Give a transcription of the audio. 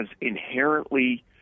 inherently